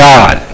God